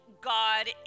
God